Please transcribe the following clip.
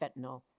fentanyl